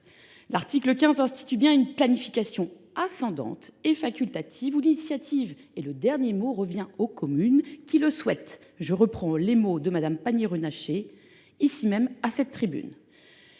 L’article 15 institue bien une planification ascendante et facultative où l’initiative et le dernier mot reviennent aux communes qui le souhaitent. Je reprends les propos tenus par Agnès Pannier Runacher à cette tribune.